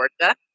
Georgia